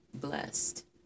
blessed